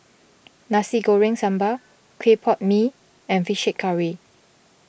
Nasi Goreng Sambal Clay Pot Mee and Fish Head Curry